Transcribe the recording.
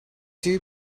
two